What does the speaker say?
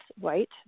white